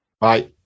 bye